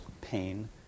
pain